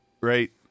right